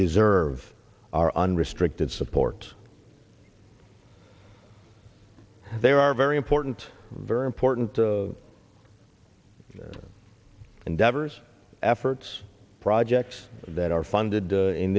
deserve our unrestricted support there are very important very important endeavors efforts projects that are funded